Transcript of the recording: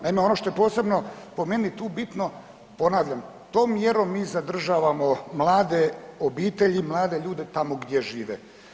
Naime, ono što je posebno po meni tu bitno ponavljam, tom mjerom mi zadržavamo mlade obitelji i mlade ljude tamo gdje žive.